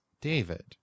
David